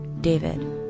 David